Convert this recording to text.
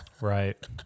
Right